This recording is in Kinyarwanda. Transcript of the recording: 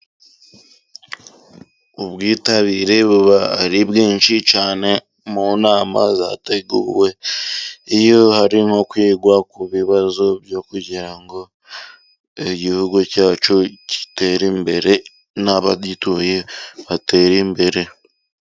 Ubwitabire buba ari bwinshi cyane mu nama zateguwe, iyo harimo kwigwa ku bibazo byo kugira ngo igihugu cyacu gitere imbere n'abagituye batere imbere.